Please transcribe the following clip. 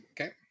Okay